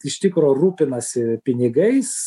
iš tikro rūpinasi pinigais